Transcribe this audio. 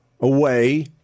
away